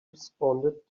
responded